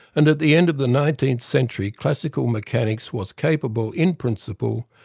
and at the end of the nineteenth century, classical mechanics was capable, in principle,